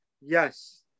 Yes